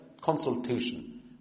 consultation